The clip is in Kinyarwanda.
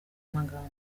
magambo